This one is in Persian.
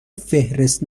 فهرست